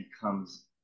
becomes